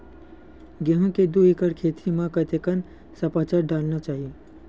गेहूं के दू एकड़ खेती म कतेकन सफाचट डालना चाहि?